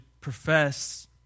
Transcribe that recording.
profess